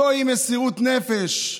זוהי מסירות נפש.